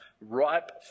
ripe